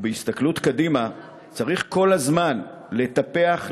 ובהסתכלות קדימה צריך כל הזמן לטפח,